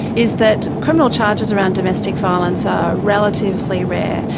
is that criminal charges around domestic violence are relatively rare.